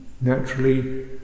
naturally